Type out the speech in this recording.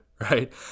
right